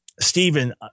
Stephen